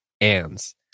ands